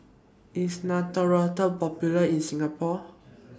IS Neostrata Popular in Singapore